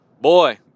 boy